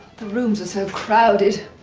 the rooms are so crowded.